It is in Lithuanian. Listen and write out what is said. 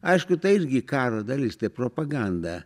aišku tai irgi karo dalis tai propaganda